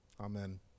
Amen